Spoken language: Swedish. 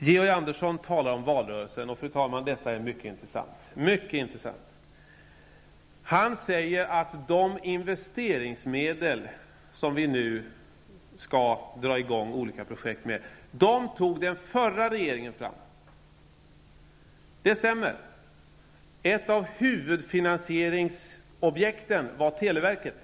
Georg Andersson talade om valrörelsen, och det var mycket intressant. Han sade att det var den förra regeringen som tog fram de investeringsmedel som vi nu skall använda för att sätta i gång olika projekt, och det stämmer. Ett av huvudfinansieringsobjekten var televerket.